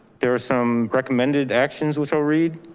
there are some recommended actions which i'll read.